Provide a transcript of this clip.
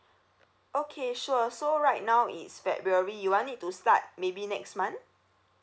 okay sure so right now it's february you want it to start maybe next month